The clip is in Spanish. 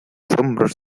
hombros